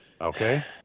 Okay